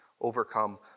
overcome